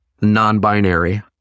non-binary